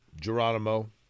Geronimo